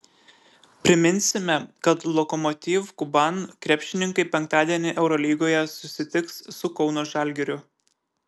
priminsime kad lokomotiv kuban krepšininkai penktadienį eurolygoje susitiks su kauno žalgiriu